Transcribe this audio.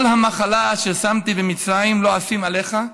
"כל המחלה אשר שמתי במצרים לא אשים עליך,